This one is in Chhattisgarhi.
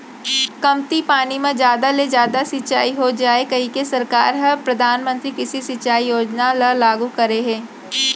कमती पानी म जादा ले जादा सिंचई हो जाए कहिके सरकार ह परधानमंतरी कृषि सिंचई योजना ल लागू करे हे